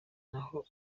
naho